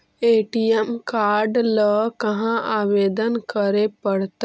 ATM card ल कहा आवेदन करे पड़तै?